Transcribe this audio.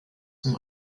zum